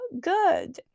good